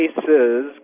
cases